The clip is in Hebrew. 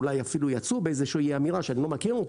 אולי אפילו יצאו באיזושהי אמירה שאני לא מכיר,